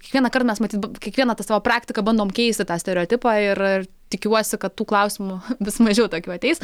kiekvienąkart mes matyt kiekvieną tą savo praktiką bandom keisti tą stereotipą ir ir tikiuosi kad tų klausimų vis mažiau tokių ateis